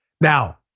Now